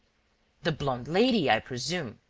the blonde lady, i presume,